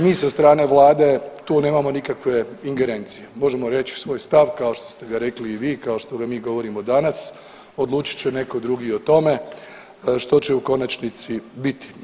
Mi sa strane vlade tu nemamo nikakve ingerencije, Bože moj reć ću svoj stav, kao što ste ga rekli i vi, kao što ga mi govorimo danas, odlučit će neko drugi o tome što će u konačnici biti.